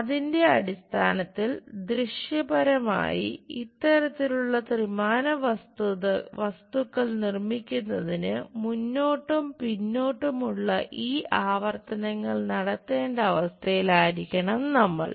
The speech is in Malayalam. അതിന്റെ അടിസ്ഥാനത്തിൽ ദൃശ്യപരമായി ഇത്തരത്തിലുള്ള ത്രിമാന വസ്തുക്കൾ നിർമ്മിക്കുന്നതിന് മുന്നോട്ടും പിന്നോട്ടും ഉള്ള ഈ ആവർത്തനങ്ങൾ നടത്തേണ്ട അവസ്ഥയിലായിരിക്കണം നമ്മൾ